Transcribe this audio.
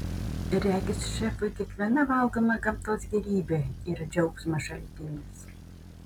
regis šefui kiekviena valgoma gamtos gėrybė yra džiaugsmo šaltinis